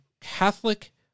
Catholic